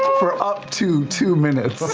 for up to two minutes.